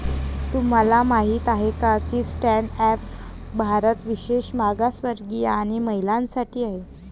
तुम्हाला माहित आहे का की स्टँड अप भारत विशेषतः मागासवर्गीय आणि महिलांसाठी आहे